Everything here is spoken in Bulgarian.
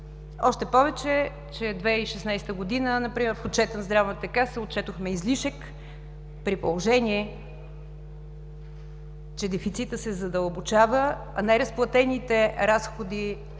още повече, че през 2016 г. например в отчета на Здравната каса отчетохме излишък, при положение че дефицитът се задълбочава, а неразплатените разходи